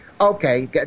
okay